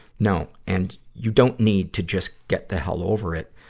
no, and you don't need to just get the hell over it.